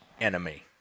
enemy